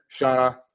Shauna